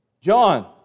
John